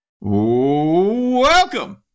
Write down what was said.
Welcome